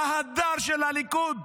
ההדר של הליכוד?